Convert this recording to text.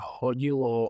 hodilo